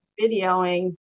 videoing